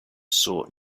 sought